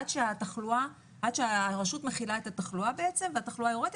עד שהרשות מכילה את התחלואה והתחלואה יורדת,